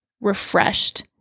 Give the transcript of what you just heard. refreshed